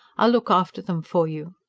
i'll look after them for you.